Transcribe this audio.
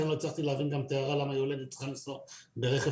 לכן לא הצלחתי להבין גם את ההערה למה יולדת צריכה לנסוע ברכב